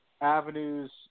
avenues